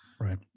Right